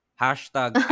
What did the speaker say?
Hashtag